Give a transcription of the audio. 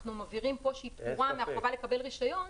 אנחנו מבהירים פה שהיא פטורה מהחובה לקבל רישיון